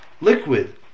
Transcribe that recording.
Liquid